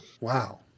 wow